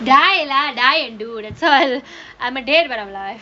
die lah die and do that's all I'm a date one of life